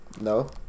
No